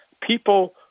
People